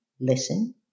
listen